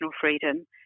freedom